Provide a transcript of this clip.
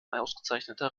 ausgezeichneter